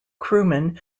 crewmen